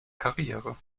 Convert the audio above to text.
karriere